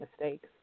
mistakes